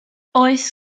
oes